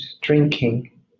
drinking